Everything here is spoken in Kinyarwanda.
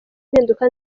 impinduka